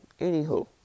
Anywho